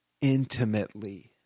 intimately